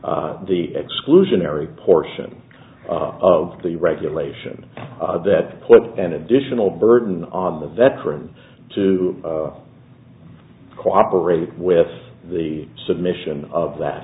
the exclusionary portion of the regulation that put an additional burden on the veteran to cooperate with the submission of that